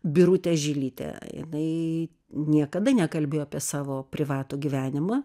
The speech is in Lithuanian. birutė žilytė jinai niekada nekalbėjo apie savo privatų gyvenimą